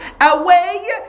away